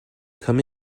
come